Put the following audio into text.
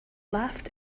laughed